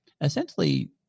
essentially